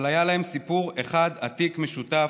אבל היה להם סיפור אחד עתיק משותף